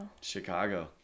Chicago